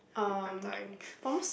wait I'm dying